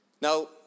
Now